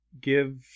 give